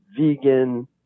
vegan